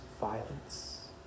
violence